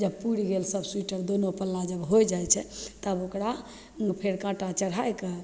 जब पुरि गेल सब सोइटर दुनू पल्लामे होइ जाइ छै तब ओकरा फेर काँटा चढ़ैके